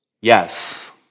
Yes